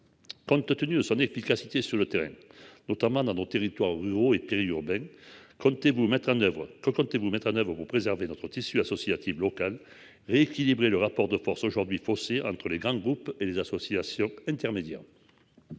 Compte tenu de son efficacité sur le terrain, notamment dans nos territoires ruraux et périurbains, comptez-vous mettre en oeuvre. Quand comptez-vous mettre à niveau pour préserver notre tissu associatif local rééquilibrer le rapport de force aujourd'hui. Fossé entre les grands groupes et les associations intermédiaires.